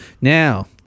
Now